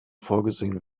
vorgesehen